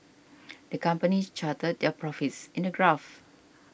the company charted their profits in a graph